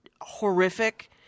horrific